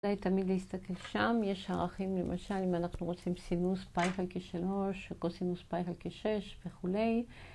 תמיד להסתכל שם, יש ערכים, למשל, אם אנחנו רוצים סינוס פאי חלקי 3, או קוסינוס פאי חלקי 6 וכולי.